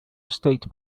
state